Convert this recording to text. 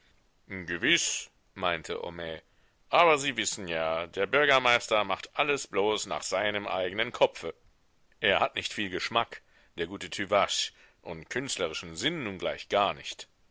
gewiß meinte homais aber sie wissen ja der bürgermeister macht alles bloß nach seinem eignen kopfe er hat nicht viel geschmack der gute tüvache und künstlerischen sinn nun gleich gar nicht